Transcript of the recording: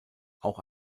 auch